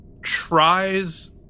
tries